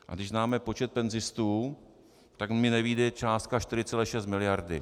A když známe počet penzistů, tak mi nevyjde částka 4,6 miliardy.